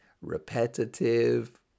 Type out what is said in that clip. repetitive